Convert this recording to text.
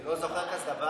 אני לא זוכר כזה דבר